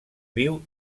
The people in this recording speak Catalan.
viu